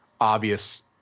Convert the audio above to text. obvious